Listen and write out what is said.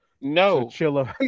No